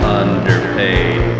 underpaid